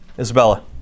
Isabella